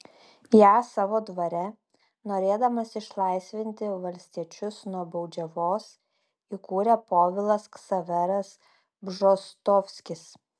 ją savo dvare norėdamas išlaisvinti valstiečius nuo baudžiavos įkūrė povilas ksaveras bžostovskis